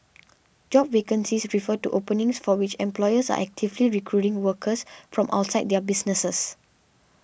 job vacancies refer to openings for which employers are actively recruiting workers from outside their businesses